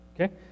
Okay